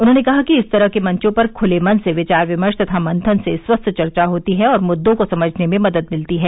उन्होंने कहा कि इस तरह के मंचों पर खुले मन से विचार विमर्श तथा मंथन से स्वस्थ चर्चा होती है और मुद्दों को समझने में मदद मिलती है